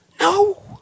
No